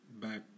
back